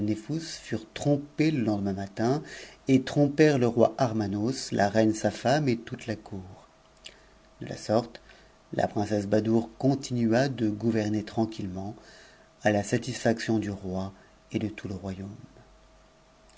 trompées le lendemain matin et trompèrent le roi armanos la reine sa femme et toute la cour de la sorte la princesse badoure continua de gouverner tranquillement à la satisfaction du roi et de tout f royaume